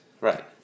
right